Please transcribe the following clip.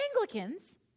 Anglicans